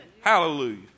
Hallelujah